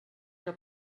que